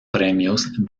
premios